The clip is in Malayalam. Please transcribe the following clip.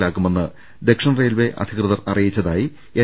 ത്തിലാക്കുമെന്ന് ദക്ഷിണ റെയിൽവെ അധികൃതർ അറിയിച്ചതായി എൻ